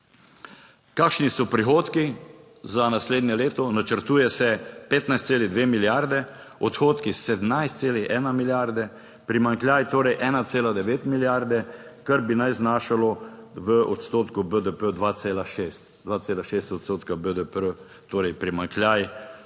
Kakšni so prihodki za naslednje leto? Načrtuje se 15,2 milijarde, odhodki 17,1 milijarde, primanjkljaj torej 1,9 milijarde, kar bi naj znašalo v odstotku BDP 2,6